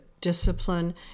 discipline